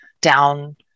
down